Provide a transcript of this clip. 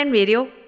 Radio